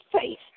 faith